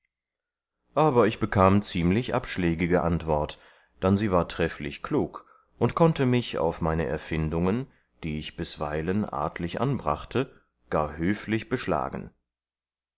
aber ich bekam ziemlich abschlägige antwort dann sie war trefflich klug und konnte mich auf meine erfindungen die ich bisweilen artlich anbrachte gar höflich beschlagen